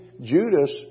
Judas